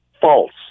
false